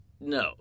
No